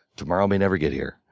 tomorrow may never get here,